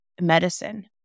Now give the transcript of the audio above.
medicine